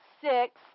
six